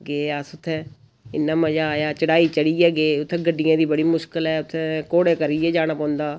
गे अस उत्थै इ'न्ना मजा आया चढ़ाई चढ़ियै गे उत्थै गड्डियें दी बड़ी मुश्कल ऐ उत्थै घोड़े करियै जाना पौंदा